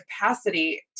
capacity